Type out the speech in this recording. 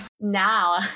Now